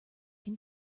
can